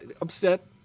upset